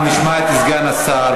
אנחנו נשמע את סגן השר.